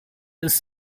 ist